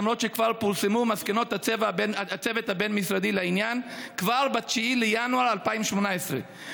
למרות שפורסמו מסקנות הצוות הבין-משרדי לעניין כבר ב-9 בינואר 2018?